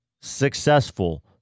successful